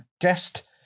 guest